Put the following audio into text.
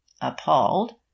appalled